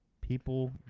People